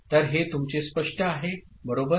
तर हे तुमचे स्पष्ट आहे बरोबर